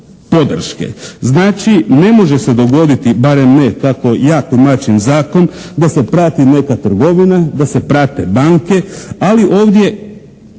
Znači ne može se dogoditi, barem ne tako ja tumačim zakon da se prati neka trgovina, da se prate banke, ali ovdje